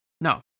no